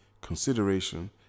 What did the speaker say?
consideration